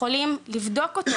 יכולים לבדוק אותו,